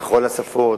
בכל השפות,